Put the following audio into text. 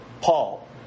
Paul